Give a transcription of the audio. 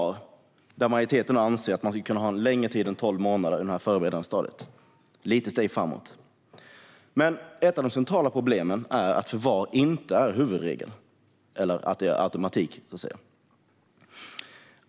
Här anser majoriteten att man ska kunna ha en längre tid än tolv månader i det förberedande stadiet. Det är ett litet steg framåt. Ett av de centrala problemen är dock att förvar inte sker med automatik.